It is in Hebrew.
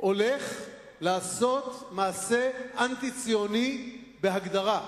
הולך לעשות מעשה אנטי-ציוני בהגדרה.